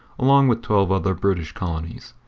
along with twelve other british colonies,